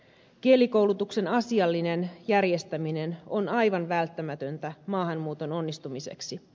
kielikoulutuksen asiallinen järjestäminen on aivan välttämä töntä maahanmuuton onnistumiseksi